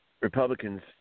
Republicans